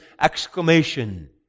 exclamation